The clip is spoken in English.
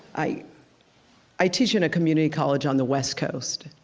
i i teach in a community college on the west coast.